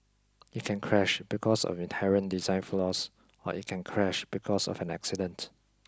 it can crash because of inherent design flaws or it can crash because of an accident